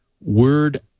word